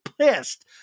pissed